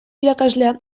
irakaslea